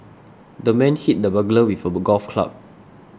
the man hit the burglar with a golf club